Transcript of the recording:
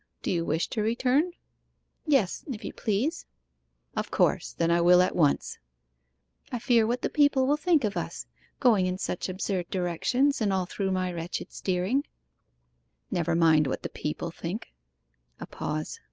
do you wish to return yes, if you please of course, then, i will at once i fear what the people will think of us going in such absurd directions, and all through my wretched steering never mind what the people think a pause.